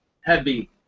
heavy